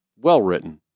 Well-written